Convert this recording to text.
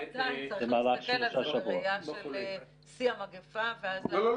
עדיין צריך להסתכל על זה בראייה של שיא המגיפה ו --- לא,